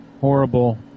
horrible